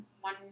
one